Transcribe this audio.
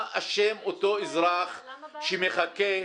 מה אשם אותו אזרח שמחכה?